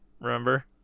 Remember